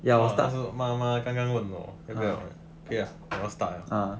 我 ah 是妈妈刚刚问我要不要 K lah 我要 start liao